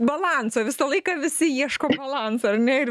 balanso visą laiką visi ieško balanso ar ne ir